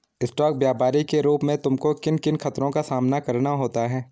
Stock व्यापरी के रूप में तुमको किन किन खतरों का सामना करना होता है?